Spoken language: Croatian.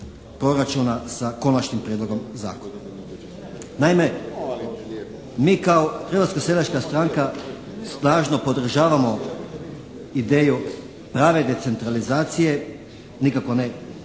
proračuna sa konačnim prijedlogom zakona. Naime, mi kao Hrvatska seljačka stranka snažno podržavamo ideju prave decentralizacije nikako ne